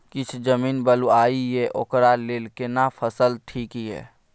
किछ जमीन बलुआही ये ओकरा लेल केना फसल ठीक ये?